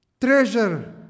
Treasure